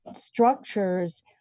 structures